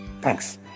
Thanks